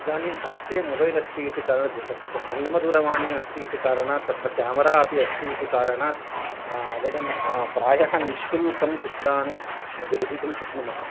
इदानीं हस्ते मोबैल् अस्ति इति कारणत् जङ्गमदूरवाणी अस्ति इति कारणात् तत्र केमरा अपि अस्ति इति कारणात् वयं प्रायः निःशुल्कं चित्राणि ग्रहीतुं शक्नुमः